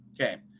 Okay